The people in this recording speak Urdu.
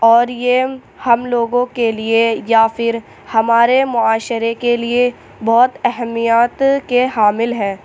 اور یہ ہم لوگوں کے لیے یا پھر ہمارے معاشرے کے لیے بہت اہمیت کے حامل ہیں